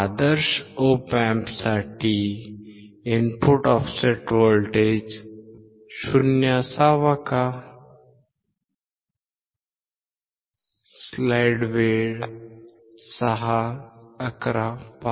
आदर्श Op Amp साठी input offset voltage 0 असावा का